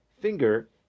finger